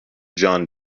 john